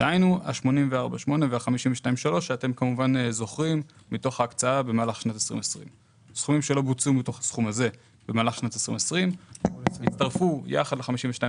דהיינו 84.8 ו-52.3 שאתם זוכרים מתוך ההקצאה במהלך 2020. סכומים שלא בוצעו מתוך הסכום הזה בשנת 2020 הצטרפו ל-52.3